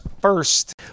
First